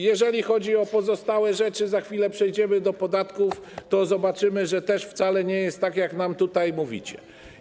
Jeżeli chodzi o pozostałe rzeczy - za chwilę przejdziemy do podatków - to zobaczymy, że też wcale nie jest tak, jak nam tutaj mówicie.